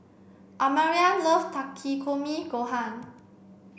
Amarion love Takikomi gohan